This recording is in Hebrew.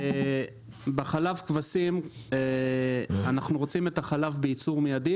בחלב הכבשים אנחנו רוצים את החלב בייצור מיידי,